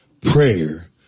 prayer